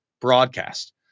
broadcast